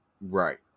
Right